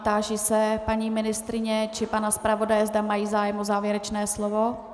Táži se paní ministryně nebo pana zpravodaje, zda mají zájem o závěrečné slovo.